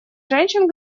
женщин